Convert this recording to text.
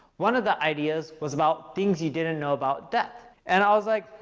one of the ideas was about things you didn't know about death. and i was like,